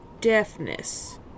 Deafness